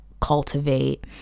cultivate